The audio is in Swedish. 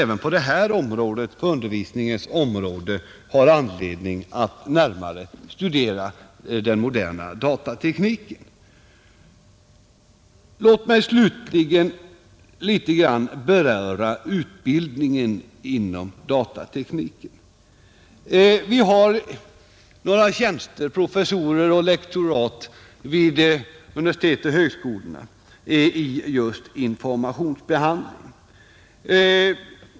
Även på undervisningens område finns det nog anledning att närmare studera den moderna datatekniken. Jag vill också beröra utbildningen inom dataområdet. Det finns några tjänster vid universiteten och högskolorna — professurer och lektorat — i informationsbehandling.